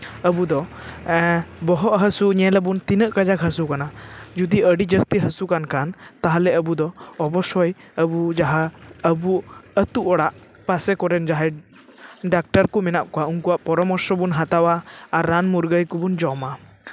ᱟᱵᱚ ᱫᱚ ᱵᱚᱦᱚᱜ ᱦᱟᱹᱥᱩ ᱧᱮᱞ ᱟᱵᱚᱱ ᱛᱤᱱᱟᱹᱜ ᱠᱟᱡᱟᱠ ᱦᱟᱹᱥᱩ ᱠᱟᱱᱟ ᱡᱩᱫᱤ ᱟᱹᱰᱤ ᱡᱟᱹᱥᱛᱤ ᱦᱟᱹᱥᱩ ᱠᱟᱱ ᱠᱷᱟᱱ ᱛᱟᱦᱞᱮ ᱟᱵᱚ ᱫᱚ ᱚᱵᱚᱥᱥᱳᱭ ᱟᱵᱚ ᱡᱟᱦᱟᱸ ᱟᱵᱚ ᱟᱹᱛᱩ ᱚᱲᱟᱜ ᱯᱟᱥᱮ ᱠᱚᱨᱮᱱ ᱡᱟᱦᱟᱸᱭ ᱰᱟᱠᱴᱟᱨ ᱠᱚ ᱢᱮᱱᱟᱜ ᱠᱚᱣᱟ ᱩᱱᱠᱩᱣᱟᱜ ᱯᱚᱨᱟᱢᱚᱨᱥᱚ ᱵᱚᱱ ᱦᱟᱛᱟᱣᱟ ᱟᱨ ᱨᱟᱱ ᱢᱩᱨᱜᱟᱹᱱ ᱠᱚᱵᱚᱱ ᱡᱚᱢᱟ